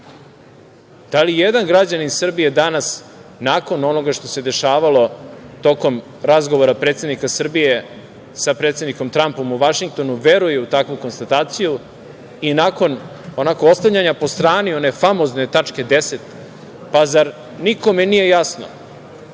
da li jedan građanin Srbije danas, nakon onoga što se dešavalo tokom razgovora predsednika Srbije sa predsednikom Trampom u Vašingtonu, veruje u takvu konstataciju i nakon onako ostavljanja po strani one famozne tačke 10. Zar nikome nije jasno